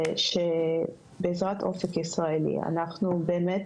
שבעזרת אופק ישראלי אנחנו באמת